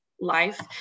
life